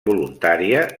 voluntària